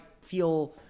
feel